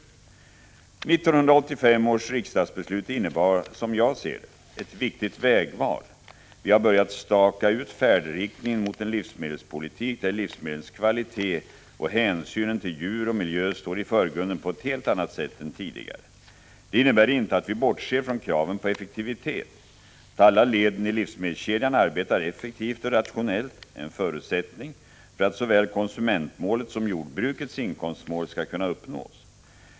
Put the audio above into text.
1985 års riksdagsbeslut innebar som jag ser det ett viktigt vägval: vi har börjat staka ut färdriktningen mot en livsmedelspolitik där livsmedlens kvalitet och hänsynen till djur och miljö står i förgrunden på ett helt annat sätt än tidigare. Det innebär inte att vi bortser från kraven på effektivitet. Att alla leden i livsmedelskedjan arbetar effektivt och rationellt är en förutsättning för att såväl konsumentmålet som jordbrukets inkomstmål skall kunna uppnås.